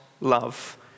love